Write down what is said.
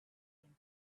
and